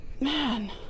man